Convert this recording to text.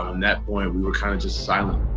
um that point, we were kinda just silent.